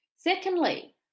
Secondly